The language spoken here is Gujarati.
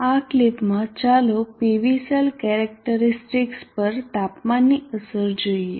આ ક્લિપમાં ચાલો PV સેલ કેરેક્ટરીસ્ટિકસ પર તાપમાનની અસર જોઈએ